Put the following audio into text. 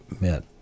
met